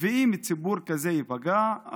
ואם ציבור כזה ייפגע,